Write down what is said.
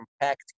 compact